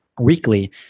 weekly